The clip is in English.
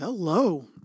Hello